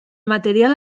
material